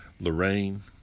Lorraine